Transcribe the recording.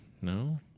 No